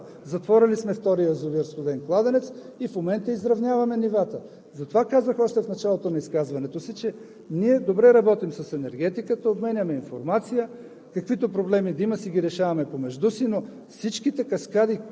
Имаме малко по-висока вълна, уведомили сме своевременно, а тя, междувременно, пада. Затворили сме втория язовир „Студен кладенец“ и в момента изравняваме нивата. Затова казах още в началото на изказването си, че ние добре работим с Енергетиката, обменяме информация,